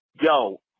Yo